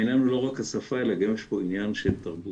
העניין הוא לא רק השפה אלא גם יש פה עניין של תרבות.